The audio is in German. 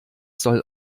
soll